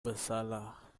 bersalah